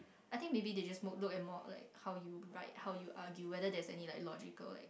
I think maybe they just mode look at more of like how you write how you argue whether there's any like logical like